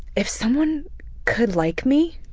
if someone could like me,